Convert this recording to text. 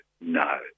No